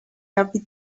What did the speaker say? every